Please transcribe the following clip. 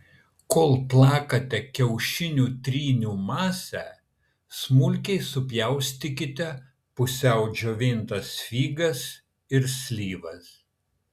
kol plakate kiaušinio trynių masę smulkiai supjaustykite pusiau džiovintas figas ir slyvas